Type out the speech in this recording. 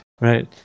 right